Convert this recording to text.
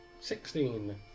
Sixteen